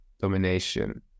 domination